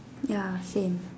ya same